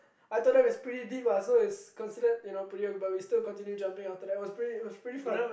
I told them it's pretty deep lah so it's considered you know but we still continue jumping after that it was pretty it was pretty fun